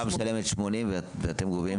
הקופה משלמת 80, ואתם גובים?